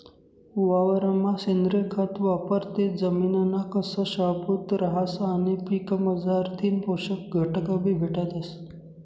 वावरमा सेंद्रिय खत वापरं ते जमिनना कस शाबूत रहास आणि पीकमझारथीन पोषक घटकबी भेटतस